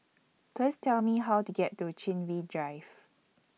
Please Tell Me How to get to Chin Bee Drive